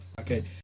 Okay